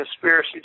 conspiracy